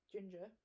Ginger